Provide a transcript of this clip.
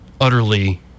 utterly